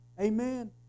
Amen